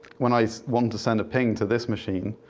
when i want to send a ping to this machine,